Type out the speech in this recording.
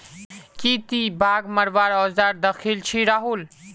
की ती बाघ मरवार औजार दखिल छि राहुल